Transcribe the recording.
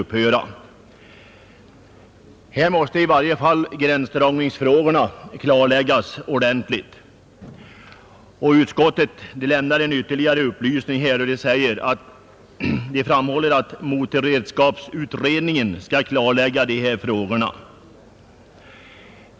Men gränsdragningsfrågorna måste i detta fall klarläggas ordentligt, och utskottet lämnar också den upplysningen att motorredskapsutredningen håller på att arbeta med dessa frågor.